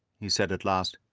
he said at last.